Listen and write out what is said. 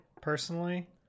personally